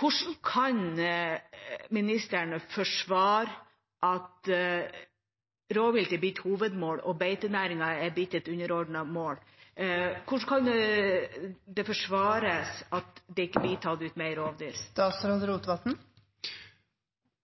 Hvordan kan ministeren forsvare at rovvilt har blitt hovedmålet, og at beitenæringen har blitt et underordnet mål? Hvordan kan det forsvares at det ikke blir tatt ut flere rovdyr?